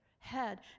Head